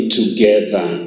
together